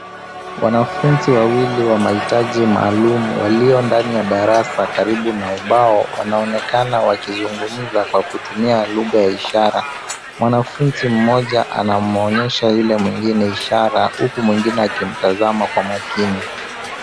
Wanafunzi wawili wa mahitaji maalum walio ndani ya darasa karibu na ubao wanaonekana wakizungumza kwa kutumia lugha ya ishara. Mwanafunzi mmoja anamwonyesha yule mwingine ishara huku mwingine akimtazama kwa makini.